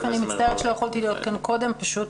אני מצטערת שלא יכלתי להיות כאן קודם, פשוט